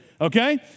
okay